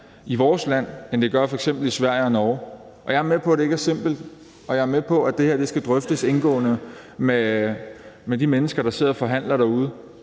i vores land, end de gør f.eks. i Sverige og Norge. Jeg er med på, at det ikke er simpelt, og jeg er med på, at det her skal drøftes indgående med de mennesker, der sidder og forhandler derude.